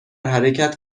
حرکت